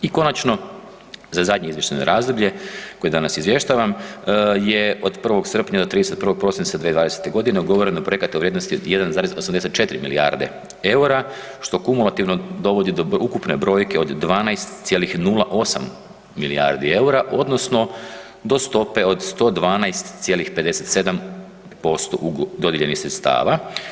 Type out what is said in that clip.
I konačno za zadnje izvještajno razdoblje koje danas izvještavam je od 1. srpnja do 31. prosinca 2020. godine ugovoreno je projekata u vrijednosti od 1,84 milijarde EUR-a što kumulativno dovodi do ukupne brojke od 12,08 milijardi EUR-a odnosno do stope od 112,57% dodijeljenih sredstava.